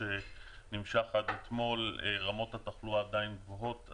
שנמשך עד אתמול רמות התחלואה עדיין גבוהות.